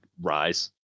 rise